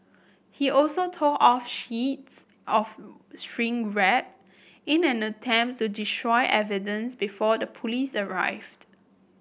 he also tore off sheets of shrink wrap in an attempt to destroy evidence before the police arrived